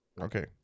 Okay